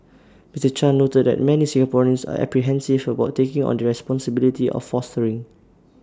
Mister chan noted that many Singaporeans are apprehensive about taking on the responsibility of fostering